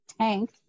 tank